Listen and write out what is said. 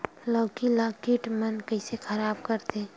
लौकी ला कीट मन कइसे खराब करथे?